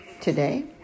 Today